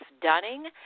Dunning